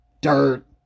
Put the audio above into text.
dirt